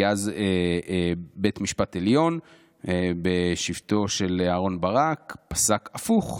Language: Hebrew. כי אז בית משפט העליון בשבתו של אהרן ברק פסק הפוך.